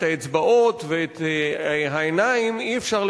את האצבעות ואת העיניים אי-אפשר,